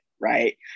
right